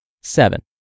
Seven